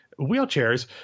wheelchairs